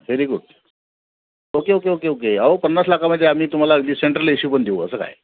very good okay okay okay okay आहो पन्नास लाखामध्ये आम्ही तुम्हाला जे सेंट्रल ए शी पण देऊ त्याचं काय